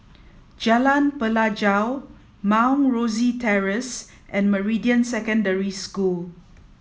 Jalan Pelajau Mount Rosie Terrace and Meridian Secondary School